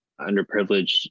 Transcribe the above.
underprivileged